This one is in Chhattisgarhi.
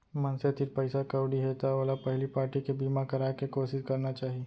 मनसे तीर पइसा कउड़ी हे त ओला पहिली पारटी के बीमा कराय के कोसिस करना चाही